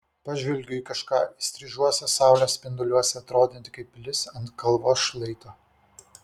pažvelgiu į kažką įstrižuose saulės spinduliuose atrodantį kaip pilis ant kalvos šlaito